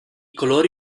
colori